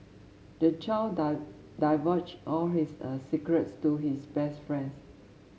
the child divulged all his a secrets to his best friend